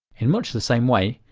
in much the same way,